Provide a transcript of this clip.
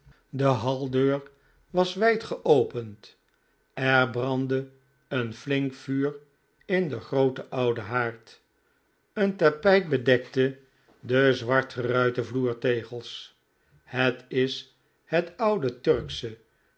de haldeur was wijd geopend er brandde een flink vuur in den grooten ouden haard een tapijt bedekte de zwart geruite vloertegels het is het oude turksche